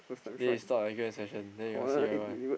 then you stop the session then you'll see everyone